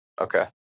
Okay